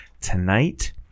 Tonight